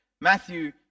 Matthew